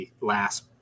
last